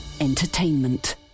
Entertainment